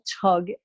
tug